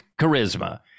charisma